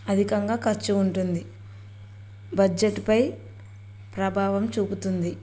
అధికంగా ఖర్చు ఉంటుంది బడ్జెట్ పై ప్రభావం చూపుతుంది